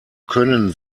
können